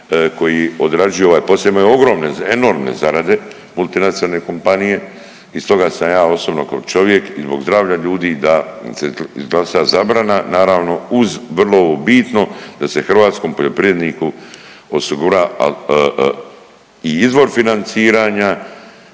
koji odrađuju ovaj posao, imaju ogromne, enormne zarade multinacionalne kompanije i stoga sam ja osobno kao čovjek i zbog zdravlja ljudi da se izglasa zabrana, naravno uz vrlo ovo bitno da se hrvatskom poljoprivredniku osigura i izvor financiranja